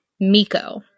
Miko